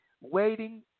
waiting